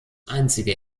einzige